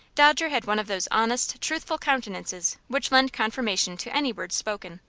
dodger had one of those honest, truthful countenances which lend confirmation to any words spoken.